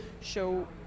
show